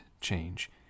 change